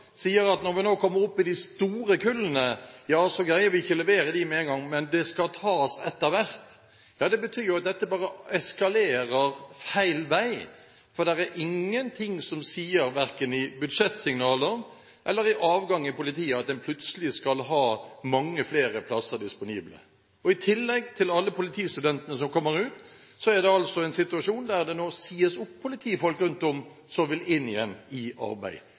når vi nå kommer opp i de store kullene, greier vi ikke levere dem med en gang, men det skal tas etter hvert. Det betyr jo at dette bare eskalerer feil vei. Det er ingenting, verken i budsjettet eller når det gjelder avgang i politiet, som signaliserer at en plutselig skal ha mange flere plasser disponible. I tillegg til alle politistudentene som kommer ut, er det altså en situasjon der det nå rundt om sies opp politifolk som vil inn igjen i arbeid.